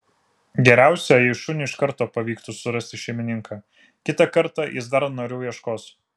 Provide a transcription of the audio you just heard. geriausia jei šuniui iš karto pavyktų surasti šeimininką kitą kartą jis dar noriau ieškos